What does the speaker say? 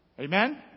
Amen